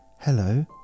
Hello